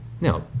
Now